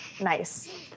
Nice